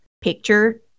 picture